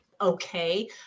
okay